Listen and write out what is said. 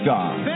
God